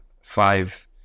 five